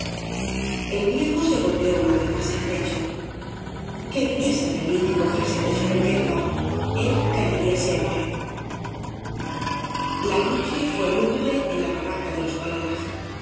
el viejo be golpeó una vez más el pecho que viviese feliz y gozase su riqueza el callaría siempre la noche fué lúgubre en la barraca de los palomas